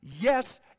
Yes